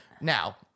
Now